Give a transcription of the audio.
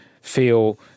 feel